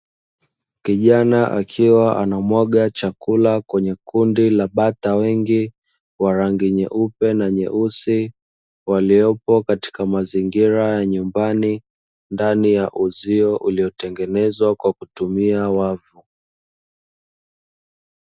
Kijana akiwa anamwaga chakula kwenye kundi la bata wengi, wa rangi nyeupe na nyeusi, waliopo katika mazingira ya nyumbani ndani ya uzio uliotengenezwa kwa kutumia wavu.